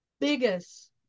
biggest